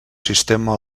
sistema